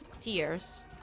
tears